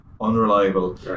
unreliable